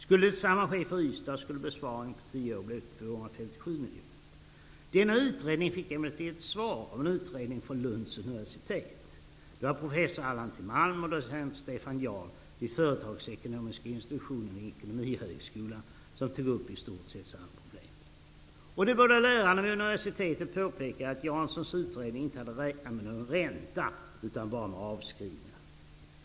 Om detsamma skulle ske för Ystad skulle besparingen på tio år bli 257 miljoner kronor. Denna utredning fick emellertid ett svar av en utredning från Lunds universitet. Det var professor Allan T Malm och docent Stefan Yard vid företagsekonomiska institutionen vid Ekonomihögskolan som tog upp i stort sett samma problem. De båda lärarna vid universitetet påpekade att Janssons utredning inte hade räknat med någon ränta utan bara med avskrivningar.